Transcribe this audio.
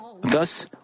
Thus